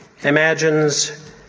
imagines